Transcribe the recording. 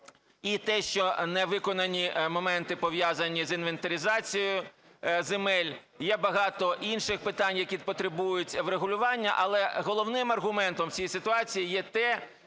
і те, що не виконані моменти, пов'язані з інвентаризацією земель. Є багато інших питань, які потребують врегулювання. Але головним аргументом у цій ситуації є те,